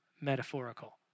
metaphorical